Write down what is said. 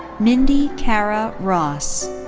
mindy kara ross.